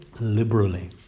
liberally